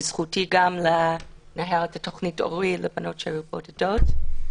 בזכותי גם לנהל את התוכנית 'אורי' לבנות שירות בודדות.